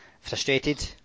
frustrated